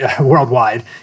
worldwide